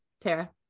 Tara